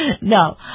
No